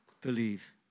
Believe